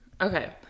Okay